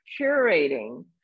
curating